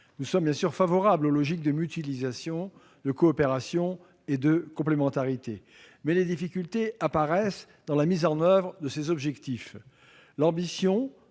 Nous sommes bien sûr favorables aux démarches de mutualisation, de coopération et de complémentarité, mais les difficultés apparaissent lors de leur mise en oeuvre. L'ambition